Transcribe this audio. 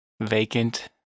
Vacant